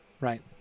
right